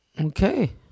Okay